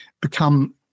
become